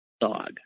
Dog